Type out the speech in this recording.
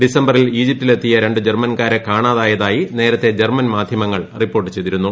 ഡിസംബറിൽ ഈജിപ്തിലെത്തിയ രണ്ടു ജർമ്മൻകാരെ കാണാതായതായി നേരത്തെ ജർമ്മൻ മാധ്യമങ്ങൾ റിപ്പോർട്ട് ചെയ്തിരുന്നു